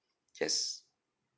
yes